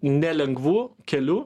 nelengvu keliu